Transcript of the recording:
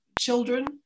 children